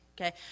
okay